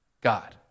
God